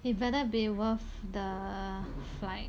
it better be worth the flight